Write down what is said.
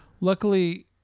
Luckily